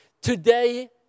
today